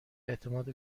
اعتماد